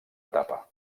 etapa